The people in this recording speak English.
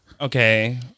Okay